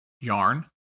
yarn